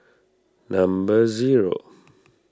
number zero